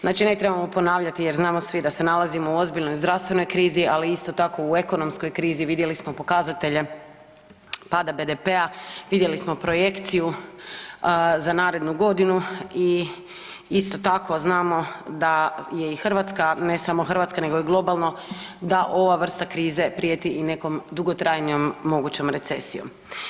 Znači, ne trebamo ponavljati jer znamo svi da se nalazimo u ozbiljnoj zdravstvenoj krizi ali isto tako u ekonomskoj krizi vidjeli smo pokazatelje pada BDP-a, vidjeli smo projekciju za narednu godinu i isto tako znamo da je i Hrvatska, ne samo Hrvatska nego i globalno da ova vrsta krize prijeti i nekom dugotrajnijom mogućom recesijom.